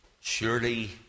Surely